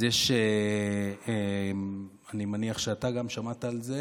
אז אני מניח שאתה גם שמעת על זה,